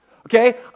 Okay